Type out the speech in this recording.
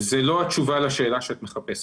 זו לא התשובה שאת מחפשת.